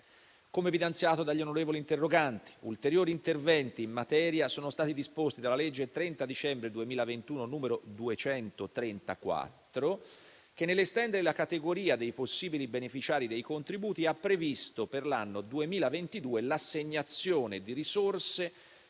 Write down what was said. Come evidenziato dagli onorevoli interroganti, ulteriori interventi in materia sono stati disposti dalla legge del 30 dicembre 2021, n. 234, che, nell'estendere la categoria dei possibili beneficiari dei contributi, ha previsto per l'anno 2022 l'assegnazione di risorse